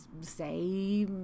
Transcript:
say